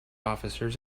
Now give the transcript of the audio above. officers